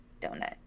donut